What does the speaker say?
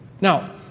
Now